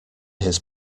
his